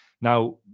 Now